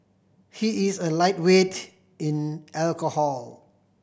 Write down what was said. he is a lightweight in alcohol